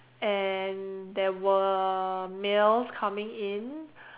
and there were males coming in